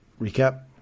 Recap